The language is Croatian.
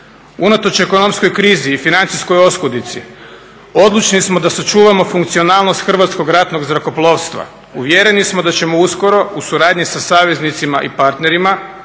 Unatoč ekonomskoj krizi i financijskoj oskudici odlučni smo da sačuvamo funkcionalnost Hrvatskog ratnog zrakoplovstva. Uvjereni smo da ćemo uskoro u suradnji sa saveznicima i partnerima